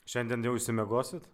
šiandien jau išsimiegosit